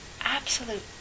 absolute